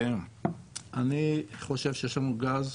אני חושב שיש לנו גז,